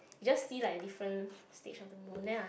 just see like different stage of the moon then uh